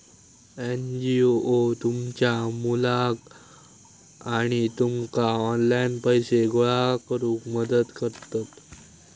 NGO तुमच्या मुलाक आणि तुमका ऑनलाइन पैसे गोळा करूक मदत करतत